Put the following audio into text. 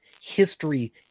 history